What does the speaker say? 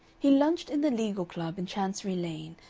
he lunched in the legal club in chancery lane,